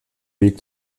weg